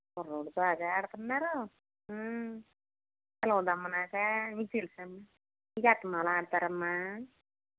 రోజు అదే ఆడుతున్నారు తెలీదు అమ్మ నాకు నీకు తెలుసా అమ్మా ఇది అస్తమానం ఆడతారా అమ్మా